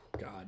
god